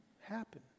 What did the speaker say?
happen